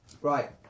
right